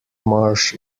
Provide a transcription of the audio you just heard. marsh